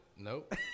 nope